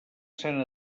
sant